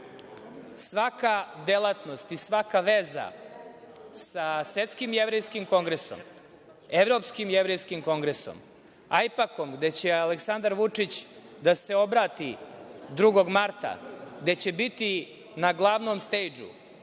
svaka delatnost i svaka veza sa Svetskim jevrejskim kongresom, Evropskim jevrejskim kongresom, AIPAC-om, gde će Aleksandar Vučić da se obrati 2. marta, gde će biti na glavnom stejdžu,